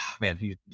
man